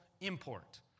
import